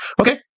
Okay